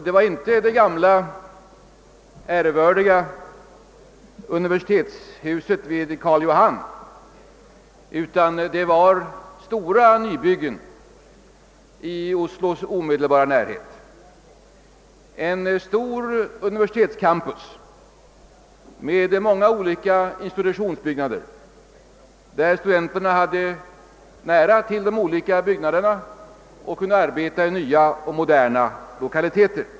Det var inte det gamla ärevördiga universitetshuset vid Karl Johan jag såg, utan stora nybyggen i Oslos omedelbara närhet, en stor universitets-campus med många olika institutioner. Studenterna hade nära till de olika byggnaderna och kunde arbeta i nya, moderna lokaliteter.